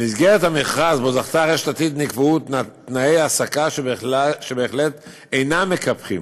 במסגרת המכרז שבו זכתה רשת עתיד נקבעו תנאי העסקה שבהחלט אינם מקפחים.